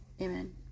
Amen